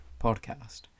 podcast